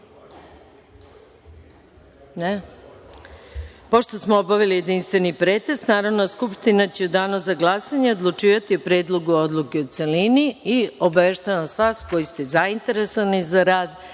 dan. Pošto smo obavili jedinstveni pretres Narodna skupština će u danu za glasanje odlučivati o Predlogu odluke u celini i obaveštavam vas koji ste zainteresovani za rad